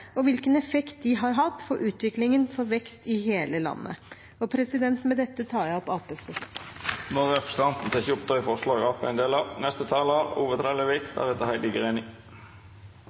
og hvilken effekt de har hatt for utviklingen for vekst i hele landet. Med dette tar jeg opp Arbeiderpartiets forslag. Då har representanten Siri Gåsemyr Staalesen teke opp